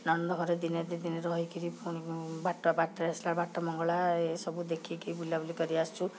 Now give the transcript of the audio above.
ନଣନ୍ଦ ଘରେ ଦିନେ ଦୁଇ ଦିନ ରହିକିରି ପୁଣି ବାଟ ବାଟରେ ଆସିଲେ ବାଟ ମଙ୍ଗଳା ଏସବୁ ଦେଖିକି ବୁଲାବୁଲି କରି ଆସିଛୁ